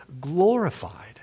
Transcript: glorified